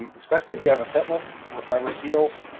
um especially if you have a pitless with rubber seals,